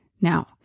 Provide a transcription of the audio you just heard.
Now